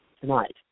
tonight